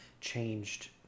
changed